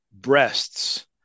breasts